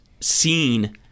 seen